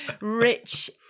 Rich